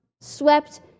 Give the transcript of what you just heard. swept